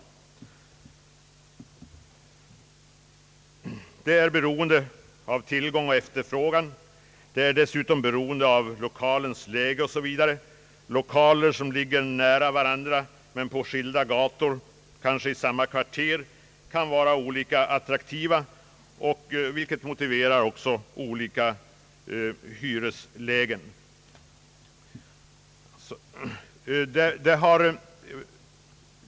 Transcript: Värdet är beroende av tillgång och efterfrågan; det är dessutom beroende av lokalens läge osv. Lokaler som ligger nära varandra men på skilda gator, kanske i samma kvarter, kan vara olika attraktiva, vilket kan motivera olika hyreslägen.